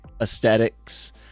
aesthetics